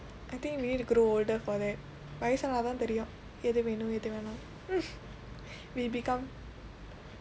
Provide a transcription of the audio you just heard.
I think we need to grow older for that வயசானா தான் தெரியும் எது வேணும் ஏது வேணும்:vayasaanaa thaan theriyum ethu veenum ethu veenum we become